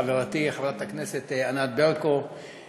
חברתי חברת הכנסת ענת ברקו,